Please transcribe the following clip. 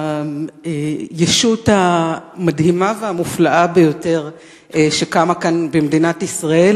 מכינונה של הישות המדהימה והמופלאה ביותר שקמה כאן במדינת ישראל,